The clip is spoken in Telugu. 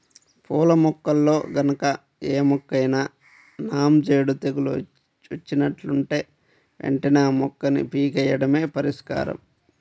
పూల మొక్కల్లో గనక ఏ మొక్కకైనా నాంజేడు తెగులు వచ్చినట్లుంటే వెంటనే ఆ మొక్కని పీకెయ్యడమే పరిష్కారం